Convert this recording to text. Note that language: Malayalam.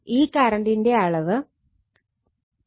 ഈ കറണ്ടിന്റെ അളവ് 2